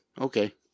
okay